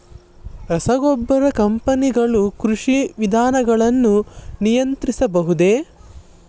ರಸಗೊಬ್ಬರ ಕಂಪನಿಗಳು ಕೃಷಿ ವಿಧಾನಗಳನ್ನು ನಿಯಂತ್ರಿಸಬಹುದೇ?